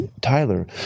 Tyler